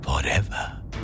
Forever